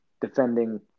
defending